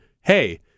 hey